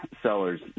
sellers